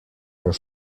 are